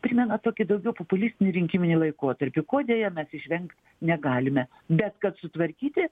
primena tokį daugiau populistinį rinkiminį laikotarpį ko deja mes išvengt negalime bet kad sutvarkyti